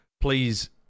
Please